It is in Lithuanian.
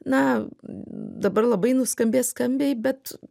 na dabar labai nuskambės skambiai bet